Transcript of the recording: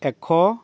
এশ